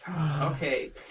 Okay